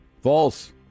False